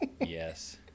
Yes